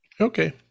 Okay